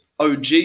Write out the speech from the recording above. OG